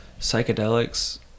psychedelics